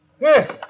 Yes